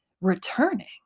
returning